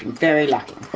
very lucky.